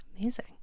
Amazing